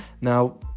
Now